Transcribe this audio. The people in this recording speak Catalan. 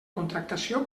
contractació